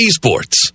esports